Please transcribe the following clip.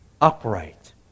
upright